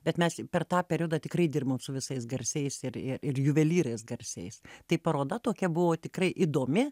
bet mes per tą periodą tikrai dirbom su visais garsiais ir ir ir juvelyrais garsiais tai paroda tokia buvo tikrai įdomi